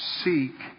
Seek